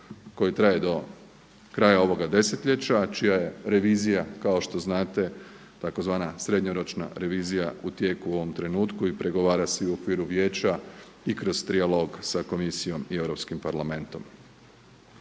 koji traje do kraja ovoga desetljeća, čija je revizija kao što znate tzv. srednjoročna revizija u tijeku u ovom trenutku i pregovara se i u okviru Vijeća i kroz trijalog sa komisijom i Europskim parlamentom.